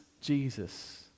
Jesus